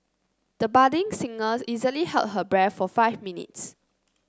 the budding singer easily held her breath for five minutes